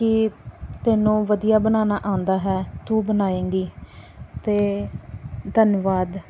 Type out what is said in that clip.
ਕਿ ਤੈਨੂੰ ਵਧੀਆ ਬਣਾਉਣਾ ਆਉਂਦਾ ਹੈ ਤੂੰ ਬਣਾਏਂਗੀ ਤੇ ਧੰਨਵਾਦ